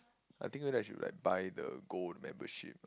I didn't know that she will like buy the gold membership